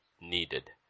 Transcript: needed